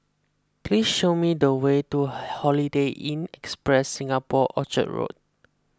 please show me the way to Holiday Inn Express Singapore Orchard Road